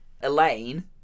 Elaine